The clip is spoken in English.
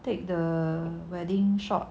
take the wedding shot